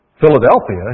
Philadelphia